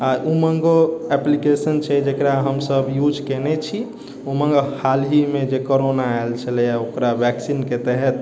आ उमङ्गो एप्लीकेशन छै जेकरा हमसभ यूज कयने छी उमङ्ग हाल ही मे जे कोरोना आएल छलै ओकरा वैक्सिनके तहत